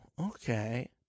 okay